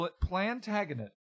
plantagenet